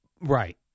Right